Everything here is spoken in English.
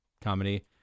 comedy